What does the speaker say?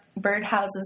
birdhouses